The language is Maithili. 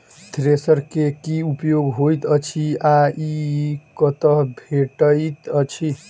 थ्रेसर केँ की उपयोग होइत अछि आ ई कतह भेटइत अछि?